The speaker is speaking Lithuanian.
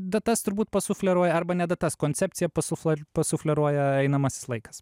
datas turbūt pasufleruoja arba ne datas koncepciją pasulfla pasufleruoja einamasis laikas